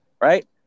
Right